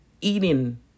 eating